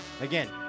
Again